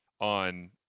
on